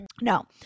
No